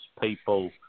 people